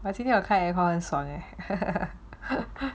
but 今天有开 aircon 很爽 leh